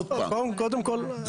עוד פעם --- קודם כל,